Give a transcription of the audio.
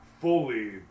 fully